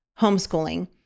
homeschooling